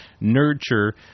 nurture